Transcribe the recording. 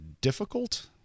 difficult